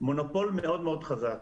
מונופול מאוד מאוד חזק,